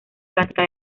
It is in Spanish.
atlántica